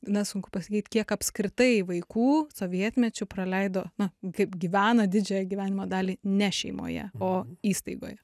na sunku pasakyt kiek apskritai vaikų sovietmečiu praleido na kaip gyvena didžiąją gyvenimo dalį ne šeimoje o įstaigoje